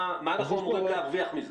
מה אנחנו אמורים להרוויח מזה?